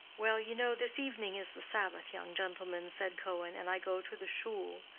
well, you know, this evening is the sabbath, young gentleman, said cohen, and i go to the shool.